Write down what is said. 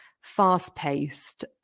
fast-paced